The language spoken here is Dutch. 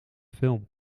film